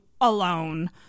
alone